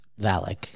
Valak